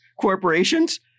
corporations